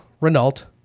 Renault